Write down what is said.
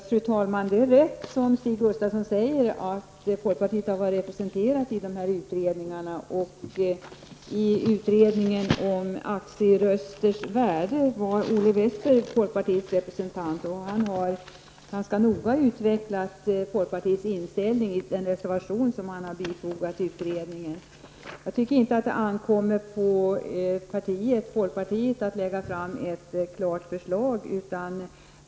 Fru talman! Det är rätt som Stig Gustafsson säger att folkpartiet har varit representerat i utredningarna. I utredningen om aktierösters värde var Owe Wester folkpartiets representant. Han har noga utvecklat folkpartiets inställning i den reservation som han har bifogat utredningen. Jag tycker inte att det ankommer på folkpartiet att lägga fram ett klart förslag.